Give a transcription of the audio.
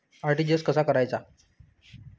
RTGS कसा करायचा?